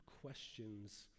questions